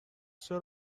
چرا